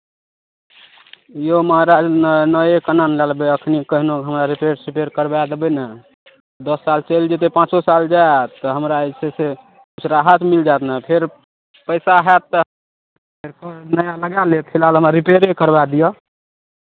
यौ महाराज हमरा नया केना लए लेबै एखने कहलहुँ हमरा रिपेयर सिपेयर करबा देबै ने दस साल चलि जेतै ने पाँचे सालो जायत तऽ हमरा जे छै से राहत मिल जायत ने फेर पैसा हएत तऽ फेर नया लगाय लेब फिलहाल रिपेयरे करबा दिअ